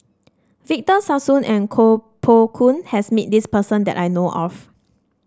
Victor Sassoon and Koh Poh Koon has met this person that I know of